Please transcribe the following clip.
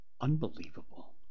Unbelievable